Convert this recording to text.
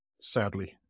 Sadly